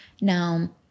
Now